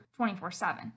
24-7